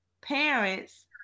parents